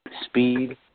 speed